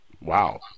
Wow